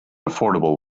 affordable